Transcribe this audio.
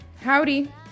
howdy